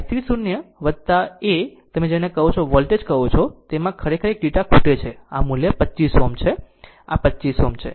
હવે i3 0 તે છે જેને તમે અહીં વોલ્ટેજ કહો છો તેમાં ખરેખર એક ડેટા ખૂટે છે આ મૂલ્ય આ મૂલ્ય 25 Ω છે આ 25 Ω છે